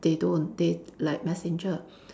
they don't they like messenger